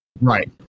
Right